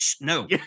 no